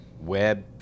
web